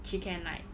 she can like